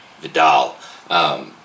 Vidal